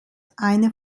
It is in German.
eine